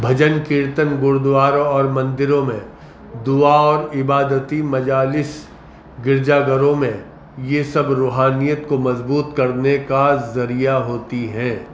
بھجن کیرتن گرودواروں اور مندروں میں دعا اور عبادتی مجالس گرجا گھروں میں یہ سب روحانیت کو مضبوط کرنے کا ذریعہ ہوتی ہیں